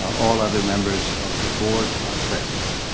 all other members of the board are present.